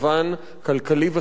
כלכלי וחברתי,